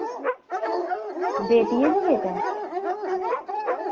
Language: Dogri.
बेटी ऐ जां बेटा ऐ